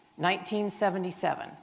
1977